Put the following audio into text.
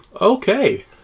Okay